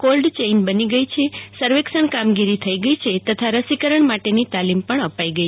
cold chain બની ગઇ છે સર્વેક્ષણ કામગીરી થઇ ગઇ છે તથા રસીકરણ માટેની તાલીમ પણ અપાઇ ગે